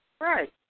Right